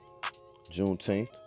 Juneteenth